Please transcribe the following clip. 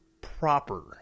proper